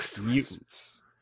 mutants